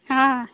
हँ